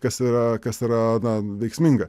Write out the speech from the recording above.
kas yra kas yra na veiksminga